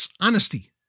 honesty